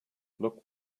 look